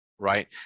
Right